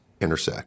intersect